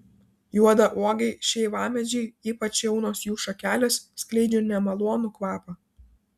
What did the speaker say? juodauogiai šeivamedžiai ypač jaunos jų šakelės skleidžia nemalonų kvapą